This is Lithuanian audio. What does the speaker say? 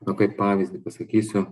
nu kaip pavyzdį pasakysiu